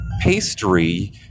pastry